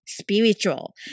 spiritual